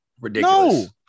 ridiculous